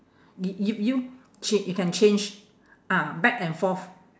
yo~ you you chang~ you can change ah back and forth